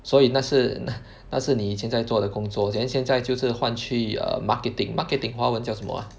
所以那是那是你现在做的工作 then 现在就是换去 err marketing marketing 华文叫什么 ah